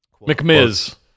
McMiz